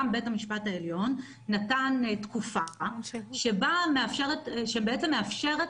גם בית המשפט העליון נתן תקופה שבעצם מאפשרת